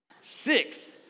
Six